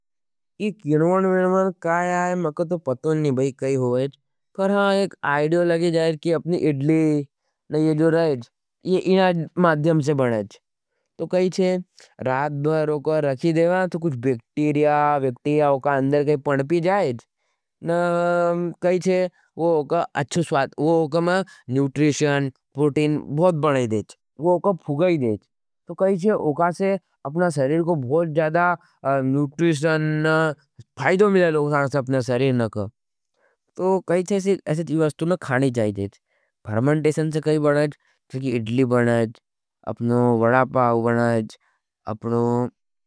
एक यन्वन विन्वन काया हज, मैंका तो पतों नहीं भाई काई हो वाईच पर हाँ, एक आइडियो लगे जाएँ। कि अपनी इडली न ये जो रहेंच। ये इनाज माध्यम से बनाईच तो कहींचे, रात भर उका रखी देवा। तो कुछ बेक्टीरिया, बेक्टिया उका अंडर काई पनपी जाएच न कहींचे, उका अच्छा स्वाद, उका मां नूट्रिशन, पॉर्टीन बहुत बनाई देच उका फुगाई देच, तो कहींचे, उका से अपना सरीर को बहुत ज़्यादा नूट्रिशन, फाइदो मिला लोग सांस अपने सरीर न कह, तो कहींचे। ऐसे जी वस्तू न खाने चाहिएच। फर्मन्टेशन से कही बनाईच, इडली बनाईच, वड़ा पाव बनाईच, अपनों।